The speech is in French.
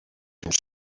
une